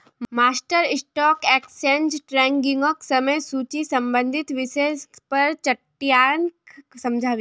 master stock exchange ट्रेडिंगक समय सूची से संबंधित विषय पर चट्टीयाक समझा बे